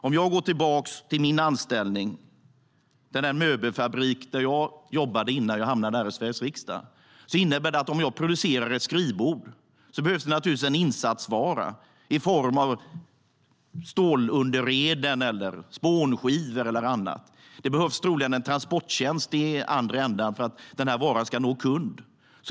Låt mig gå tillbaka till min anställning i den möbelfabrik jag jobbade i innan jag hamnade i Sveriges riksdag. När jag producerar ett skrivbord behövs det naturligtvis en insatsvara i form av stålunderrede, spånskiva eller annat. Det behövs troligen en transporttjänst för att varan ska nå en kund.